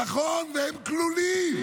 נכון, והם כלולים.